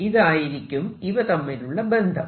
ഇതായിരിക്കും ഇവ തമ്മിലുള്ള ബന്ധം